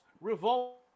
revolt